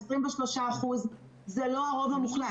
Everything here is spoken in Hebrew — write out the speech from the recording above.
23% זה לא הרוב המוחלט.